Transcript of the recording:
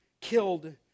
killed